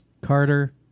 Carter